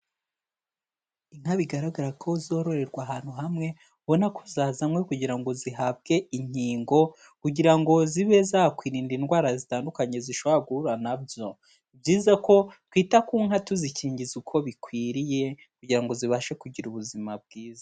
Inka bigaragara ko zororerwa ahantu hamwe, ubona ko zazanwe kugira ngo zihabwe inkingo kugira ngo zibe zakwirinda indwara zitandukanye zishobora guhura na byo, ni byiza ko twita ku nka, tuzikingiza uko bikwiriye kugira ngo zibashe kugira ubuzima bwiza.